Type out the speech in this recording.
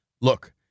look